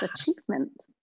achievement